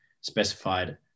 specified